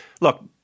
look